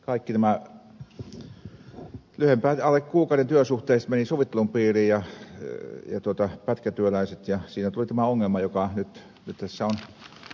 kaikki alle kuukauden työsuhteet pätkätyöläiset menivät sovittelun piiriin ja siinä tuli tämä ongelma mikä nyt tässä on siitä lähtien koettu työttömyyskassoilla ruuhkina